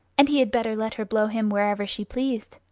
and he had better let her blow him wherever she pleased.